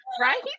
right